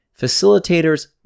facilitators